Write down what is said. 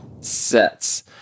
Sets